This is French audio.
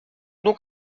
donc